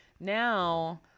Now